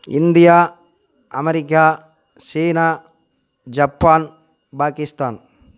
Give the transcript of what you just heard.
India America China Japan Pakistan